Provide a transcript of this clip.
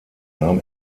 nahm